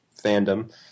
fandom